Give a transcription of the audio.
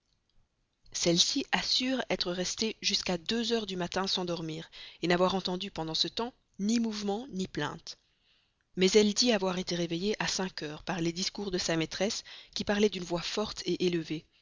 celle-ci assure être restée jusqu'à deux heures du matin sans dormir n'avoir entendu pendant ce temps ni mouvement ni plainte mais elle dit avoir été réveillée à cinq heures par les discours de sa maîtresse qui parlait d'une voix forte élevée